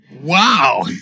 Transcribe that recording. Wow